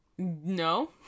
no